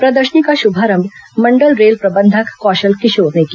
प्रदर्शनी का शुभारंभ मंडल रेल प्रबंधक कौशल किशोर ने किया